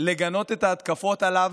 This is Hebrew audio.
לגנות את ההתקפות עליו,